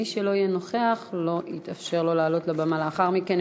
מי שלא יהיה נוכח לא יתאפשר לו לעלות לבמה לאחר מכן,